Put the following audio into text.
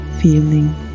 feeling